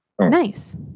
Nice